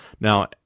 Now